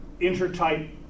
Intertype